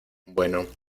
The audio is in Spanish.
bueno